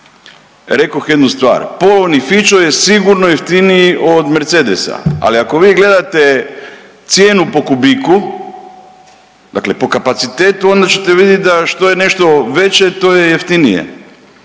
rekoh jednu stvar polovni fićo je sigurno jeftiniji od Mercedesa, ali ako vi gledate cijenu po kubiku, dakle po kapacitetu onda ćete vidjet da što je nešto veće to je jeftinije